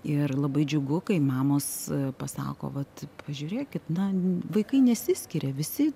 ir labai džiugu kai mamos pasako vat pažiūrėkit na vaikai nesiskiria visi